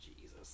Jesus